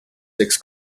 sex